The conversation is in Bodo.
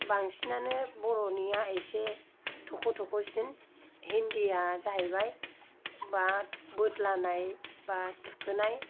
बांसिनानो बर'निया एसे थख' थख'सिन हिन्दीया जाहैबाय बोदलानाय बा थुखोनाय